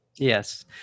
Yes